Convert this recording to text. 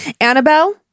Annabelle